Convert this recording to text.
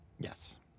yes